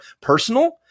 personal